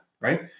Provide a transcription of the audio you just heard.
right